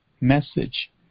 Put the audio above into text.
message